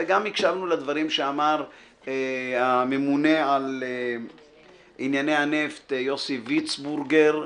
וגם הקשבנו לדברים שאמר הממונה על ענייני הנפט יוסי ויצבורגר,